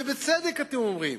ובצדק אתם אומרים,